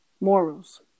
morals